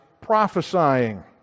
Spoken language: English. prophesying